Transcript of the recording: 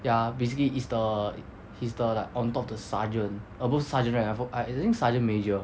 ya basically is the he's the like on top of the sergeant above sergeant right I forg~ I I think sergeant major